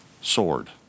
sword